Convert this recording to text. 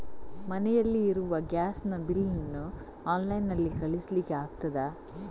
ಮನೆಯಲ್ಲಿ ಇರುವ ಗ್ಯಾಸ್ ನ ಬಿಲ್ ನ್ನು ಆನ್ಲೈನ್ ನಲ್ಲಿ ಕಳಿಸ್ಲಿಕ್ಕೆ ಆಗ್ತದಾ?